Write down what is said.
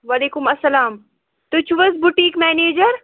وَعلیکُم اَسَلام تُہۍ چھُو حظ بُٹیٖک منیٚجر